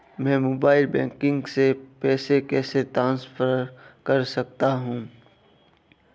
मैं mobile banking से पैसे कैसे ट्रांसफर कर सकता हूं?